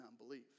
unbelief